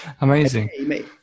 amazing